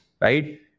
right